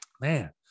man